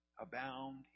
abound